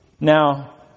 Now